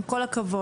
עם כל הכבוד,